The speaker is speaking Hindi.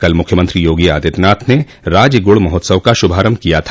कल मुख्यमंत्री योगी आदित्यनाथ ने राज्य गुड़ महोत्सव का शुभारम्भ किया था